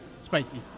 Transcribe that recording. Spicy